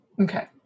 Okay